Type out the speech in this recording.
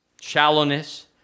shallowness